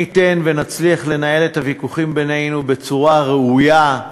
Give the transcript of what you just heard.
מי ייתן ונצליח לנהל את הוויכוחים בינינו בצורה ראויה,